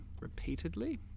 repeatedly